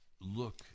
look